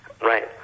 Right